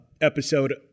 episode